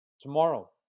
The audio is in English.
tomorrow